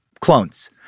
clones